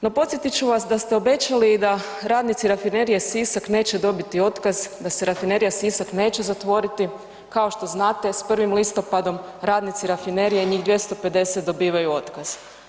No podsjetit ću vas da ste obećali da radnici Rafinerije Sisak neće dobiti otkaz, da se Rafinerija Sisak neće zatvoriti, kao što znate s 1. listopadom radnici rafinerije, njih 250 dobivaju otkaz.